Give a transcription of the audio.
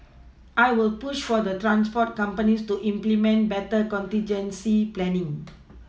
I will push for the transport companies to implement better contingency planning